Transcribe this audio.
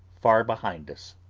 far behind us.